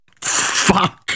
fuck